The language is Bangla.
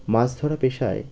মাছ ধরা পেশায়